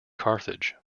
carthage